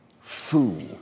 Fool